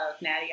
Natty